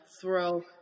throw